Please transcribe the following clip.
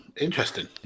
interesting